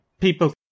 people